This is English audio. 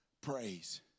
praise